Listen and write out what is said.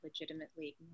legitimately